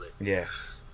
yes